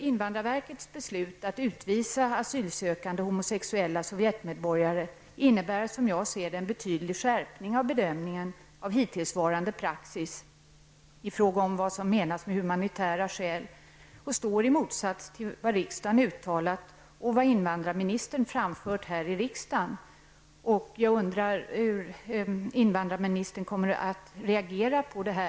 Invandrarverkets beslut att utvisa asylsökande homosexuella Sovjetmedborgare innebär som jag ser det en betydande skärpning av bedömningen i förhållande till hittillsvarande praxis av vad som menas med humanitära skäl och står i strid till vad riksdagen uttalat och vad invandrarministern sagt här i kammaren. Jag undrar hur invandrarministern kommer att reagera på detta.